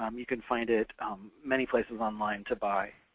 um you can find it many places online to buy.